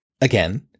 Again